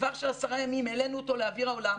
בטווח של עשרה ימים העלינו אותו לאוויר העולם.